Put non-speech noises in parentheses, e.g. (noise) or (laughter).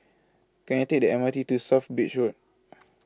Can I Take The M R T to South Bridge Road (noise)